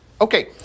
okay